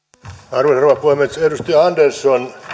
arvoisa rouva puhemies edustaja andersson